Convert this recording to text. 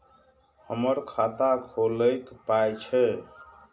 हमर खाता खौलैक पाय छै